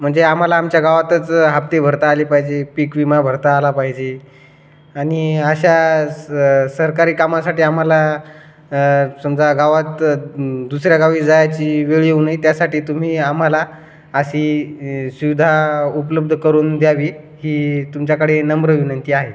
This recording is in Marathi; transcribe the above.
म्हणजे आम्हाला आमच्या गावातच हप्ती भरता आली पाहिजे पीक विमा भरता आला पाहिजे आणि अशा स सरकारी कामासाठी आम्हाला समजा गावात दुसऱ्या गावी जायची वेळी येऊ नये त्यासाठी तुम्ही आम्हाला अशी सुविधा उपलब्ध करून द्यावी ही तुमच्याकडे नम्र विनंती आहे